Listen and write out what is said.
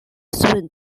soon